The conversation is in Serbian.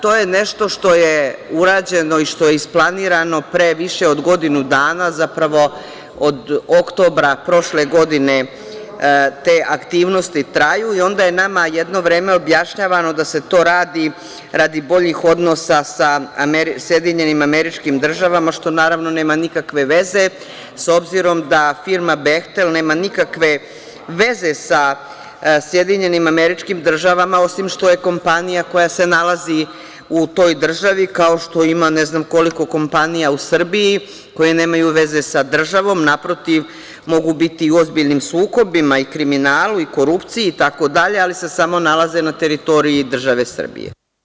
To je nešto što je urađeno i što je isplanirano pre više od godinu dana, zapravo od oktobra prošle godine te aktivnosti traju i onda je nama jedno vreme objašnjavano da se to radi radi boljih odnosa sa SAD, što, naravno, nema nikakve veze, s obzirom da firma "Behtel" nema nikakve veze sa SAD, osim što je kompanija koja se nalazi u toj državi, kao što ima ne znam koliko kompanija u Srbiji koje nemaju veze sa državom, naprotiv, mogu biti u ozbiljnim sukobima i kriminalu i korupciji, itd, ali se samo nalaze na teritoriji države Srbije.